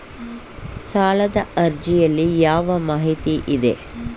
ಸಾಲದ ಅರ್ಜಿಯಲ್ಲಿ ಯಾವ ಮಾಹಿತಿ ಇದೆ?